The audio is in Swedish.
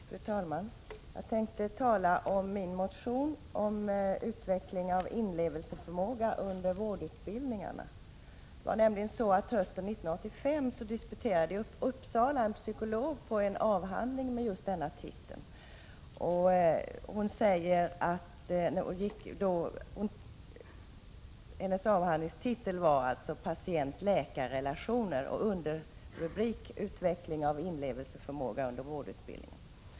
Fru talman! Jag tänkte tala om min motion om utveckling av inlevelseförmåga under vårdutbildning. Hösten 1985 disputerade i Uppsala en psykolog på en avhandling med just den titeln. Den hette Patient-läkarrelationer, och underrubriken var Utveckling av inlevelseförmåga under vårdutbildning.